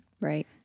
Right